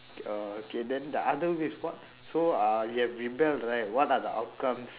okay uh okay then the other ways what so uh you have rebelled right what are the outcomes